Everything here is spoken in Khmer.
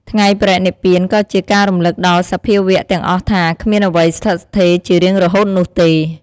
ថ្ងៃបរិនិព្វានក៏ជាការរំលឹកដល់សភាវៈទាំងអស់ថា គ្មានអ្វីស្ថិតស្ថេរជារៀងរហូតនោះទេ។